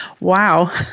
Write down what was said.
wow